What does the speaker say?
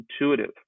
intuitive